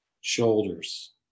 shoulders